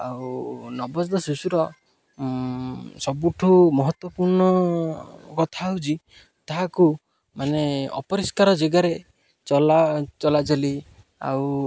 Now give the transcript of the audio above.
ଆଉ ନବଜାତ ଶିଶୁର ସବୁଠୁ ମହତ୍ତ୍ୱପୂର୍ଣ୍ଣ କଥା ହେଉଛି ତାହାକୁ ମାନେ ଅପରିଷ୍କାର ଜାଗାରେ ଚଲା ଚଲାଚଲି ଆଉ